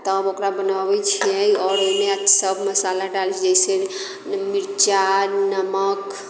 तब ओकरा बनबैत छियै आओर ओहिमे सभ मसाला डालैत छियै जइसे मिर्चाइ नमक